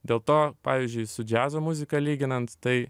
dėl to pavyzdžiui su džiazo muzika lyginant tai